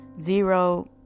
zero